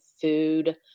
food